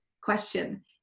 question